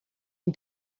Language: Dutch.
een